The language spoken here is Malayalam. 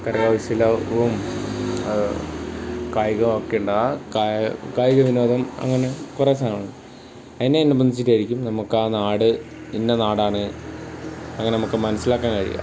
കരകൗശലവും കായികവും ഒക്കെയുണ്ട് കായികവിനോദം അങ്ങനെ കുറേ സാധനമുണ്ട് അതിനെ അനുബന്ധിച്ചിട്ടായിരിക്കും നമുക്ക് ആ നാട് ഇന്ന നാടാണ് അങ്ങനെ നമുക്ക് മനസ്സിലാക്കാൻ കഴിയുക